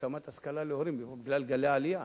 השלמת השכלה להורים, בגלל גלי העלייה.